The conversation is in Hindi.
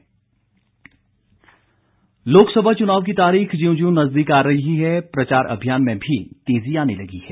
मुख्यमंत्री लोकसभा चुनाव की तारीख ज्यों ज्यों नजदीक आ रही है प्रचार अभियान में भी तेजी आने लगी है